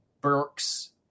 Burks